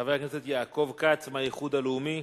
חבר הכנסת יעקב כץ מהאיחוד הלאומי,